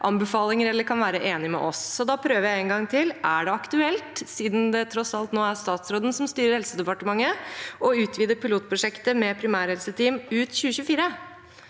anbefalinger eller kan være enig med oss. Da prøver jeg en gang til: Er det aktuelt – siden det tross alt er statsråden som styrer Helse- og omsorgsdepartementet – å utvide pilotprosjektet med primærhelseteam til ut 2024?